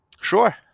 Sure